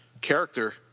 character